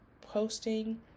posting